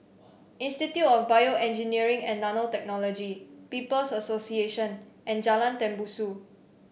Institute of BioEngineering and Nanotechnology People's Association and Jalan Tembusu